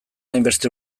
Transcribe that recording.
hainbeste